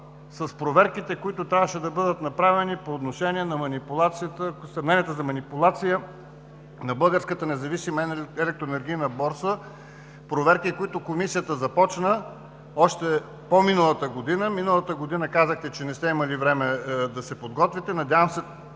с проверките, които трябваше да бъдат направени по отношение на съмненията за манипулация на българската независима електроенергийна борса? Проверки, които Комисията започна още по-миналата година. Миналата година казахте, че не сте имали време да се подготвите.